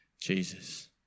Jesus